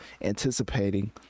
anticipating